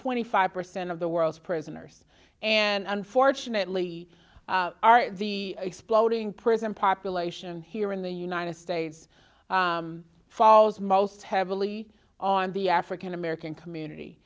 twenty five percent of the world's prisoners and unfortunately the exploding prison population here in the united states falls most heavily on the african american community